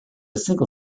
single